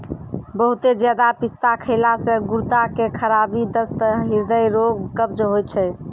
बहुते ज्यादा पिस्ता खैला से गुर्दा के खराबी, दस्त, हृदय रोग, कब्ज होय छै